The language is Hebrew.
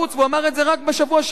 והוא אמר את זה רק בשבוע שעבר,